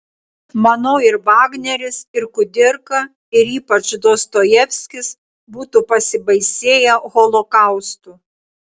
manau ir vagneris ir kudirka ir ypač dostojevskis būtų pasibaisėję holokaustu